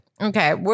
Okay